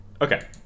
Okay